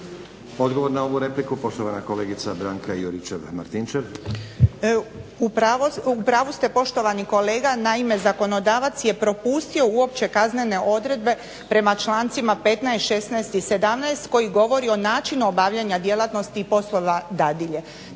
Odgovor na ovu repliku poštovana kolegica Branka Juričev Martinčev. **Juričev-Martinčev, Branka (HDZ)** Upravu ste poštovani kolega, naime zakonodavac je propustio uopće kaznene odredbe prema člancima 15., 16. i 17. Koji govori o načinu obavljanja djelatnosti i poslova dadilje.